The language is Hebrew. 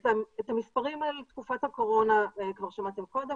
את המספרים בתקופת הקורונה שמעתם כבר,